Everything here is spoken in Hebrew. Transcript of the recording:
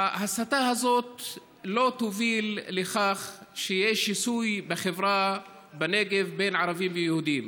ההסתה הזאת לא תוביל לכך שיהיה שסע בחברה בנגב בין ערבים ליהודים.